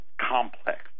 complex